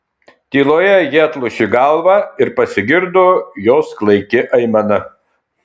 tyloje ji atlošė galvą ir pasigirdo jos klaiki aimana